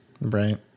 Right